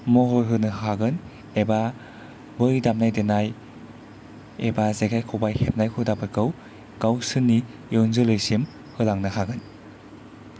महर होनो हागोन एबा बै दामनाय देनाय एबा जेखाय खबाय हेबनाय हुदाफोरखौ गावसोरनि इयुन जोलैसिम होलांनो हागोन